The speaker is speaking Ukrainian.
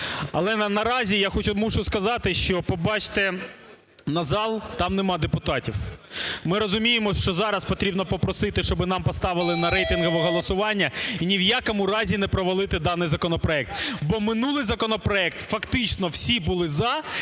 Але наразі я хочу… мушу сказати, що побачте на зал, там нема депутатів. ми розуміємо, що зараз потрібно попросити, щоби нам поставили на рейтингове голосування і ні в якому разі не провалити даний законопроект. Бо минулий законопроект… фактично всі були "за",